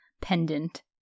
pendant